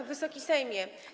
Wysoki Sejmie!